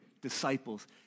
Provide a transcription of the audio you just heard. disciples